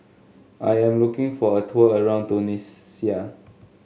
I am looking for a tour around Tunisia